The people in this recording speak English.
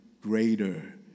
greater